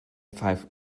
five